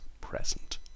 present